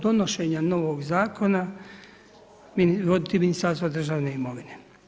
donošenja novog zakona voditi Ministarstvo državne imovine.